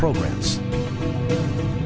programs and